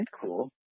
cool